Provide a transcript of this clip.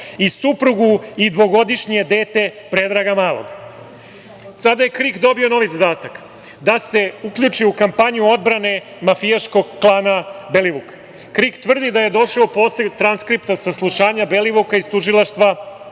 suprugu i dvogodišnje dete Predraga Malog. Sada je KRIK dobio novi zadatak, da se uključi u kampanju odbrane mafijaškog klana Belivuk, KRIK tvrdi da je Belivuk došao u posed transkripta saslušanja Belivuka, iz tužilaštva